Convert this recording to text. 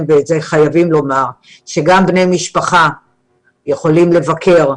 ואת זה חייבים לומר שגם בני משפחה יכולים לבקר,